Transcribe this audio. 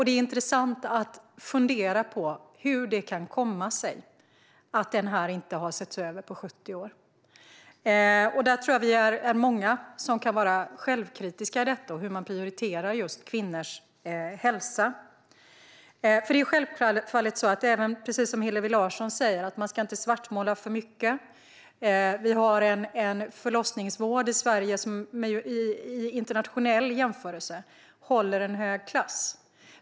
Det är intressant att fundera på hur det kan komma sig att denna vårdkedja inte har setts över på 70 år. Jag tror att vi är många som kan vara självkritiska i fråga om detta och om hur man prioriterar just kvinnors hälsa. Precis som Hillevi Larsson säger ska man inte svartmåla för mycket. Vi har en förlossningsvård i Sverige som i en internationell jämförelse håller en hög klass.